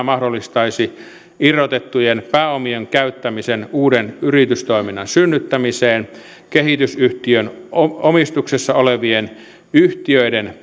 mahdollistaisi irrotettujen pääomien käyttämisen uuden yritystoiminnan synnyttämiseen kehitysyhtiön omistuksessa olevien yhtiöiden